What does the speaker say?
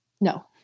No